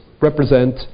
represent